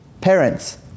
parents